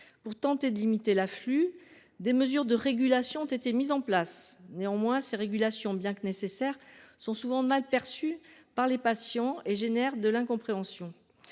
Pour tenter de limiter l’afflux, des mesures de régulation ont été instaurées. Celles ci, bien que nécessaires, sont souvent mal perçues par les patients et engendrent de l’incompréhension.